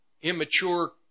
immature